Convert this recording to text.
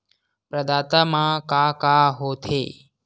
प्रदाता मा का का हो थे?